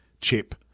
chip